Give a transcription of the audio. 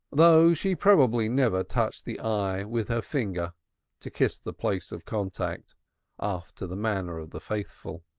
though she probably never touched the eye with her finger to kiss the place of contact after the manner of the faithful.